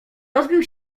rozbił